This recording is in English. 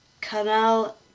Canal